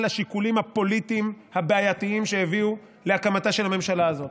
השיקולים הפוליטיים הבעייתיים שהביאו להקמתה של הממשלה הזאת.